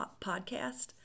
podcast